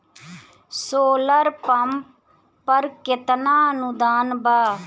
Solar pump पर केतना अनुदान बा?